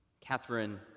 Catherine